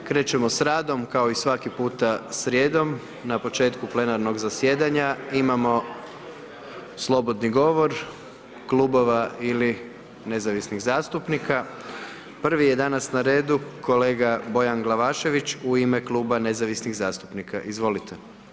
Krećemo s radom, kao i svaki puta srijedom, na početku plenarnog zasjedanja, imamo slobodni govor klubova ili nezavisnih zastupnika, prvi je danas na redu, kolega Bojan Glavašević, u ime Kluba nezavisnih zastupnika, izvolite.